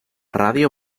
radio